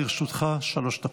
לרשותך שלוש דקות.